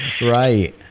right